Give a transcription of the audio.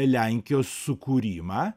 lenkijos sukūrimą